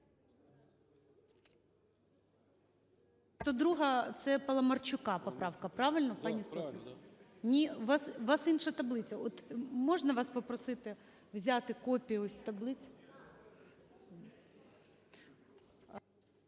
102-а – це Паламарчука поправка. Правильно, пані Сотник? Ні, у вас інша таблиця. От можна вас попросити взяти копію таблиць.